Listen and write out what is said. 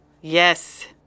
Yes